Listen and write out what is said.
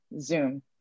Zoom